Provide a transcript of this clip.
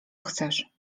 chcesz